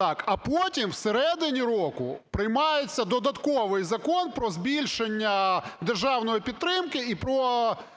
ГУСАК В.Г. А потім всередині року приймається додатковий закон про збільшення державної підтримки і про